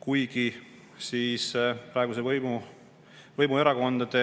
kuigi võimuerakondade